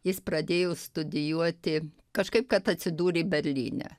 jis pradėjo studijuoti kažkaip kad atsidūrė berlyne